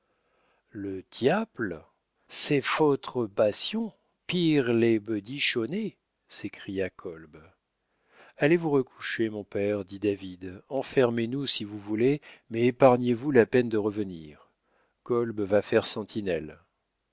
le tiaple c'ed fôdre bassion pire les bedits chaunets s'écria kolb allez vous recoucher mon père dit david enfermez nous si vous voulez mais épargnez-vous la peine de revenir kolb va faire sentinelle